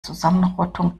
zusammenrottung